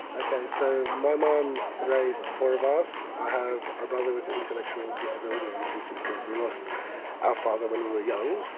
okay, so my mum raised four of us. i have a brother with intellectual disability and two sisters. we lost our father when we were young.